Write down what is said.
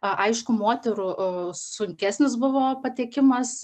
a aišku moterų sunkesnis buvo patekimas